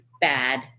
bad